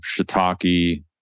shiitake